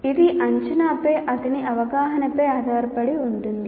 ఇది అంచనాపై అతని అవగాహనపై ఆధారపడి ఉంటుంది